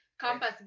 campus